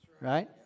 Right